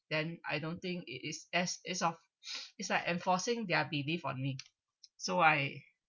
then I don't think it is as is of is like enforcing their belief on me so I